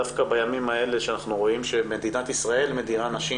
דווקא בימים אלה שאנחנו רואים שמדינת ישראל מדירה נשים,